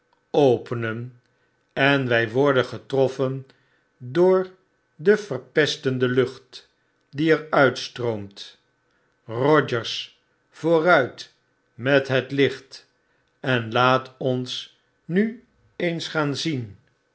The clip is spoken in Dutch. openen en wy worden getroffen door de verpestende lucht die er uitstroomt rogers vooruit met het licbt en laat ons nu eens gaan zien